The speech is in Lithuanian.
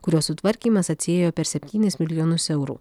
kurio sutvarkymas atsiėjo per septynis milijonus eurų